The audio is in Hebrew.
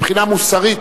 מבחינה מוסרית,